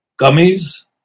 Gummies